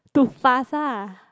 too fast ah